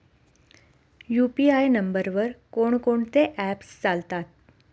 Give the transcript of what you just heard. UPI नंबरवर कोण कोणते ऍप्स चालतात?